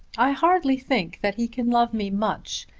i hardly think that he can love me much.